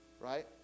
right